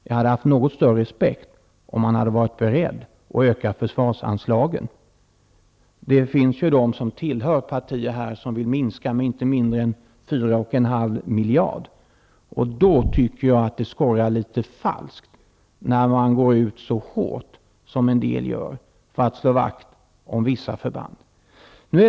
Jag hade haft något större respekt om man också hade varit beredd att öka försvarsanslagen. Det finns ju här ledamöter som tillhör partier som vill minska dem med inte mindre än 4 1/2 miljard. Jag tycker att det skorrar litet falskt när man går ut så hårt som en del gör för att slå vakt om vissa förband.